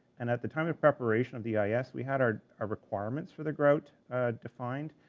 and at the time of preparation of the eis, we had our ah requirements for the grout defined,